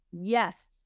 yes